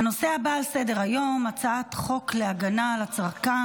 הודעה למזכיר הכנסת.